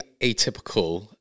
atypical